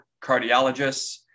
cardiologists